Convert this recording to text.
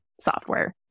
software